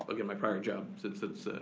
okay my prior job, since it's